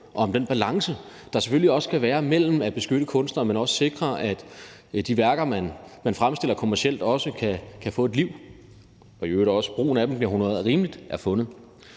fundet den balance, der selvfølgelig også skal være mellem at beskytte kunstnere og at sikre, at de værker, man fremstiller kommercielt, også kan få et liv, og i øvrigt også, at brugen af dem bliver honoreret rimeligt. Der